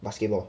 basketball